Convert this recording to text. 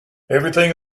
everything